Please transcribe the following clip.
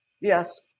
Yes